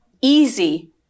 easy